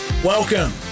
Welcome